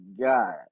God